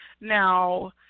Now